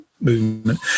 movement